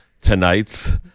tonight's